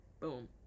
boom